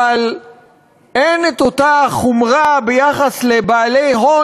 אבל אין את אותה חומרה ביחס לבעלי הון